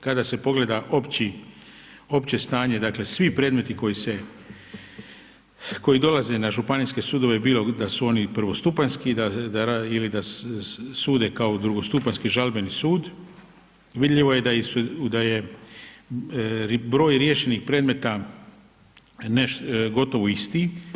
Kada se pogleda opći, opće stanje dakle svi predmeti koji se, koji dolaze na županijske sudove bilo da su oni prvostupanjski ili da sude kao drugostupanjski žalbeni sud, vidljivo je da je broj riješenih predmeta gotovo isti.